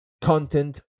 content